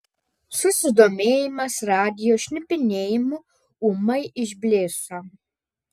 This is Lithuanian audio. susidomėjimas radijo šnipinėjimu ūmai išblėso